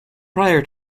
prior